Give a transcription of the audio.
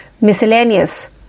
miscellaneous